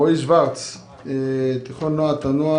רועי שוורץ תיכון, נוע תנוע